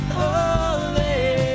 holy